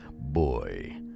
boy